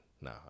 no